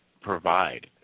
provide